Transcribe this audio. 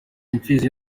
imfizi